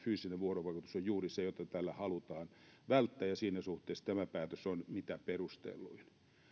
fyysinen vuorovaikutus on juuri se jota halutaan välttää ja siinä suhteessa tämä päätös on mitä perustelluin